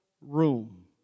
room